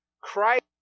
Christ